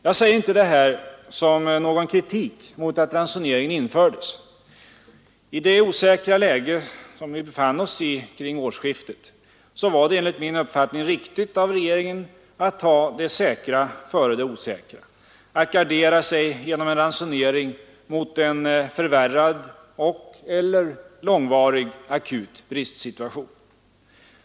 Jag säger inte detta som någon kritik mot att ransoneringen infördes. I det osäkra läge som vi befann oss i kring årsskiftet var det enligt min uppfattning riktigt av regeringen att ta det säkra före det osäkra — att gardera sig genom en ransonering mot en förvärrad akut eller långvarig bristsituation.